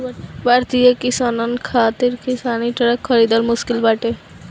भारतीय किसानन खातिर किसानी ट्रक खरिदल मुश्किल बाटे